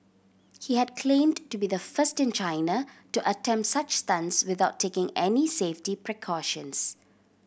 he had claimed to be the first in China to attempt such stunts without taking any safety precautions